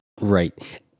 Right